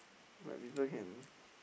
like people can